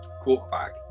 quarterback